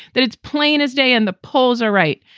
that it's plain as day. and the polls are right.